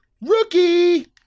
Rookie